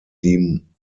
theme